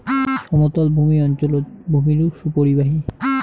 সমতলভূমি অঞ্চলত ভূমিরূপ সুপরিবাহী